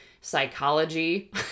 psychology